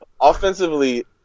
offensively